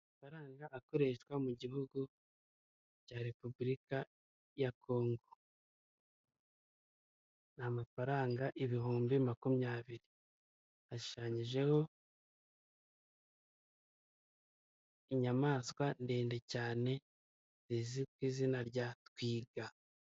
Amafaranga akoreshwa mu gihugu cya Repubulika ya Kongo. Ni amafaranga ibihumbi makumyabiri. Ashushanyijeho inyamaswa ndende cyane, izi ku izina rya Twiga.